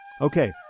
Okay